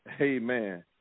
Amen